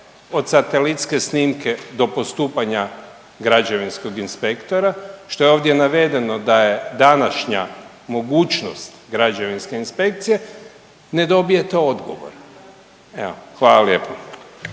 od satelitske snimke do postupanja građevinskog inspektora što je ovdje navedeno da je današnja mogućnost građevinske inspekcije, ne dobijete odgovor, evo. Hvala lijepo.